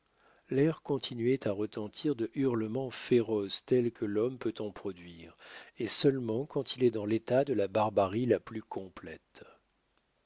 l'air continuait à retentir de hurlements féroces tels que l'homme peut en produire et seulement quand il est dans l'état de la barbarie la plus complète